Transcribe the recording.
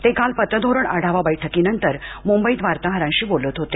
ते काल पतधोरण आढावा बैठकीनमतर मुंबईत वार्ताहरांशी बोलत होते